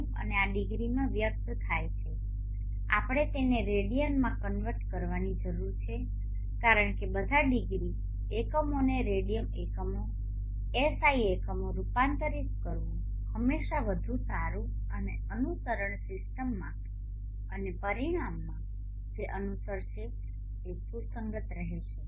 97 અને આ ડિગ્રીમાં વ્યક્ત થાય છે આપણે તેને રેડિયનમાં કન્વર્ટ કરવાની જરૂર છે કારણ કે બધા ડિગ્રી એકમોને રેડિયન એકમો એસઆઈ એકમો રૂપાંતરિત કરવું હંમેશાં વધુ સારું અને અનુસરણ સિસ્ટમમાં અને પરિણામ જે અનુસરશે તે સુસંગત રહેશે